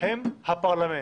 הן הפרלמנט.